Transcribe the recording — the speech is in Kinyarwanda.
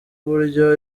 uburyo